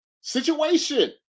situation